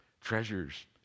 Treasures